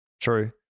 true